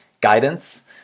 guidance